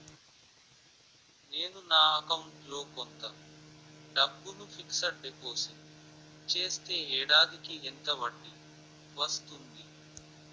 నేను నా అకౌంట్ లో కొంత డబ్బును ఫిక్సడ్ డెపోసిట్ చేస్తే ఏడాదికి ఎంత వడ్డీ వస్తుంది?